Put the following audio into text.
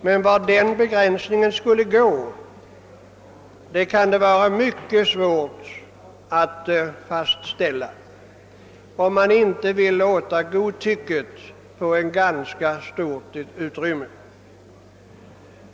Men var den gränsen skulle gå kan det vara mycket svårt att fastställa, såvida man inte vill låta godtycket få ett ganska stort utrymme.